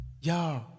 Yo